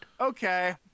Okay